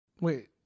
Wait